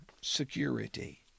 security